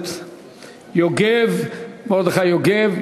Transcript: הכנסת מרדכי יוגב.